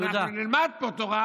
אנחנו נלמד פה תורה,